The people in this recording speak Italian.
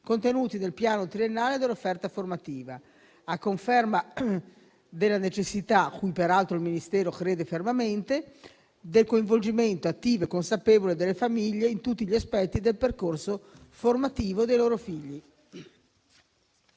contenuti nel piano triennale dell'offerta formativa, a conferma della necessità, cui peraltro il Ministero crede fermamente del coinvolgimento attivo e consapevole delle famiglie in tutti gli aspetti del percorso formativo dei loro figli.